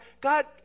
God